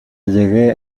llegué